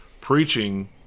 preaching